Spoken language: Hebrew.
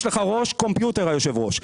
יש לך ראש קומפיוטר היושב ראש,